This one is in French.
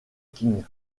king